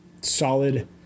solid